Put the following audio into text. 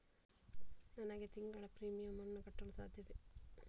ನನಗೆ ತಿಂಗಳ ಪ್ರೀಮಿಯಮ್ ಅನ್ನು ಕಟ್ಟಲು ಸಾಧ್ಯವೇ?